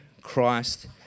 Christ